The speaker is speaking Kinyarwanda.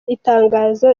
itangazo